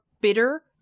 bitter